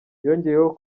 yongeyeho